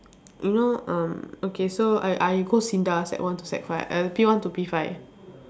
you know um okay so I I go SINDA sec one to sec five err P one to P five